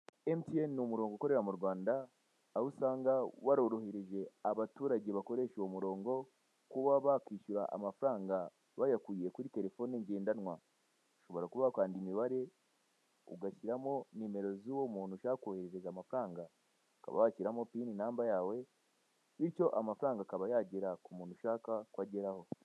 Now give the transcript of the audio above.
MTN ni umurongo ukorera mu Rwanda aho usanga warorohereje abaturage bakoresha uwo murongo kuba bakwishyura amafaranga bayakuye kuri terefone ngendanwa ushobora kuba wakanda imibare ugashyiramo nimero z'uwo muntu ushaka koherereza amafaranga ukaba washyiramo pini namba yawe bityo amafaranga akaba yagera k'umuntu ushaka ko agaeraho.